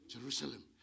Jerusalem